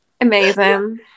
Amazing